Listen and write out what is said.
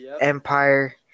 Empire